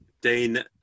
Dane